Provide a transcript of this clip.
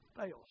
fails